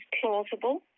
plausible